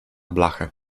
blachę